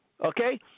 okay